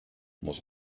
muss